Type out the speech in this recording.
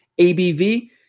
ABV